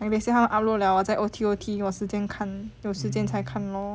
and they say 他们 upload liao 我在 O_T_O_T 我有时间看有时间才看 lor